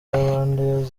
rwandair